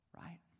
right